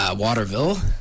waterville